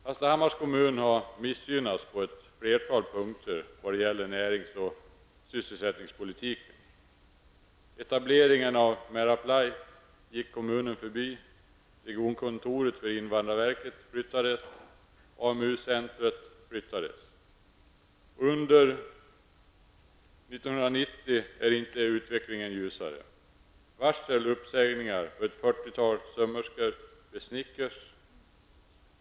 Hallstahammars kommun har missgynnats på ett flertal punkter när det gäller närings och sysselsättningspolitiken: Etableringen av Mälarply gick kommunen förbi. Regionkontoret för invandrarverket flyttades. AMU-centrum flyttades. Utvecklingen under 1990 har inte varit ljusare. Det har varit fråga om varsel och uppsägningar för ett fyrtiotal sömmerskor vid Snickers.